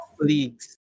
leagues